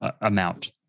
amount